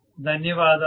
ధన్యవాదాలు